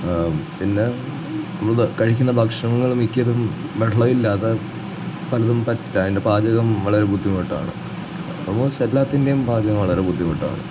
പിന്നെ ഇവിടെ കഴിക്കുന്ന ഭക്ഷണങ്ങൾ മിക്കതിനും വെള്ളമില്ലാതെ പലതും പറ്റില്ല അതിൻ്റെ പാചകം വളരെ ബുദ്ധിമുട്ടാണ് ഓൾമോസ്റ്റ് എല്ലാത്തിൻറ്റെം പാചകം വളരെ ബുദ്ധിമുട്ടാണ്